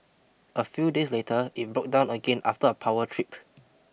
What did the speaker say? a few days later it broke down again after a power trip